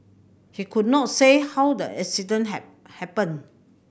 he could not say how the accident had happened